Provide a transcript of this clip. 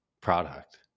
product